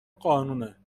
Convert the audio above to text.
قانونه